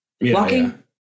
walking